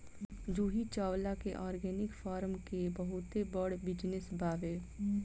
जूही चावला के organic farm के बहुते बड़ बिजनस बावे